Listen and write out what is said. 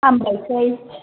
हामबायसै